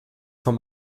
vom